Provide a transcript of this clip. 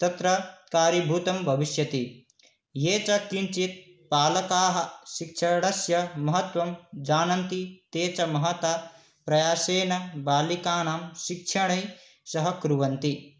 तत्र का कारणीभूतं भविष्यति ये च किञ्चित् पालकाः शिक्षणस्य महत्त्वं जानन्ति ते च महता प्रयासेन बालिकानां शिक्षणे सहकुर्वन्ति